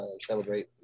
celebrate